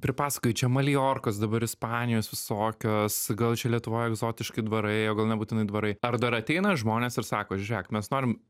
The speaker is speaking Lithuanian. pripasakojai čia maljorkos dabar ispanijos visokios gal čia lietuvoj egzotiškai dvarai o gal nebūtinai dvarai ar dar ateina žmonės ir sako žiūrėk mes norim